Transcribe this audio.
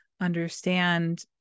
understand